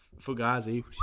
Fugazi